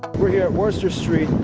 we're here at worcester street,